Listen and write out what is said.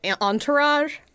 Entourage